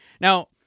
now